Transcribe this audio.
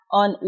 on